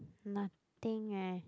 nothing eh